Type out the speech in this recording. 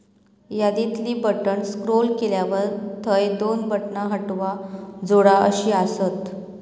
यादीतली बटण स्क्रोल केल्यावर थंय दोन बटणा हटवा, जोडा अशी आसत